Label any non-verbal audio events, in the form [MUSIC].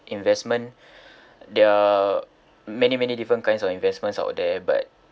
investment [BREATH] there are many many different kinds of investments out there but